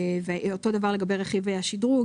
ואותו דבר לגבי רכיב השדרוג,